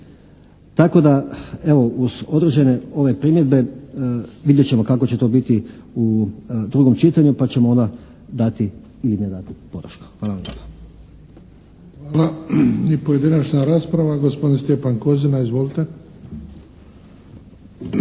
tako da evo uz određene ove primjedbe vidjet ćemo kako će to biti u drugom čitanju pa ćemo onda dati ili ne dati podršku. Hvala vam lijepa. **Bebić, Luka (HDZ)** Hvala. I pojedinačna rasprava, gospodin Stjepan Kozina. Izvolite.